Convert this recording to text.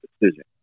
decision